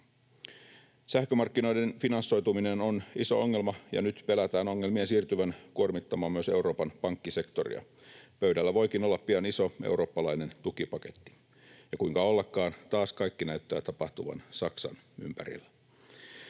Sähkömarkkinoiden finansioituminen on iso ongelma, ja nyt pelätään ongelmien siirtyvän kuormittamaan myös Euroopan pankkisektoria. Pöydällä voikin olla pian iso eurooppalainen tukipaketti, ja kuinka ollakaan, taas kaikki näyttää tapahtuvan Saksan ympärillä.